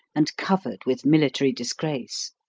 and covered with military disgrace.